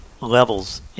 levels